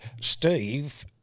Steve